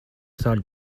سال